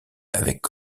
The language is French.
avec